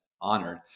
honored